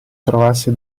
trovasse